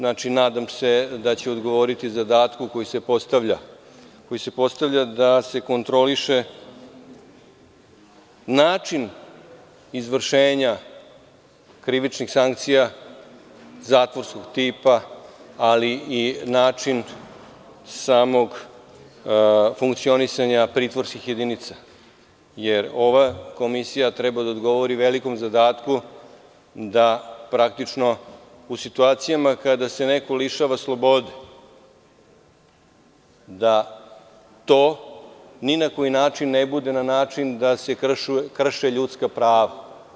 Nadam se da ću odgovoriti zadatku koji se postavlja, da se kontroliše način izvršenja krivičnih sankcija zatvorskog tipa ali i način samog funkcionisanja pritvorskih jedinica, jer ova komisija treba da odgovori velikom zadatku da praktično u situacijama kada se neko lišava slobode, da to ni na koji način ne bude da se krše ljudska prava.